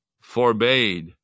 forbade